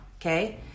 Okay